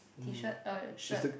T shirt uh shirt